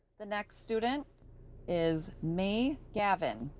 the next student is mei gavin,